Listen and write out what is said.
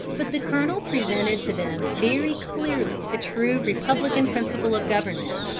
but the colonel presented to them very clearly the true republican principle of government.